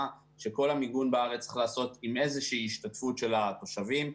שכל המיגון בארץ צריך להיעשות עם איזושהי השתתפות של התושבים.